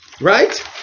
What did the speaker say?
right